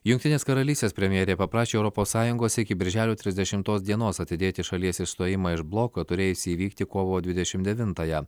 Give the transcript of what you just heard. jungtinės karalystės premjerė paprašė europos sąjungos iki birželio trisdešimtos dienos atidėti šalies išstojimą iš bloko turėjusį įvykti kovo dvidešimt devintąją